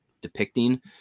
depicting